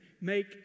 make